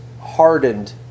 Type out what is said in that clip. hardened